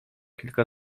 kilka